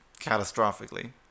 catastrophically